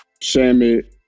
Shamit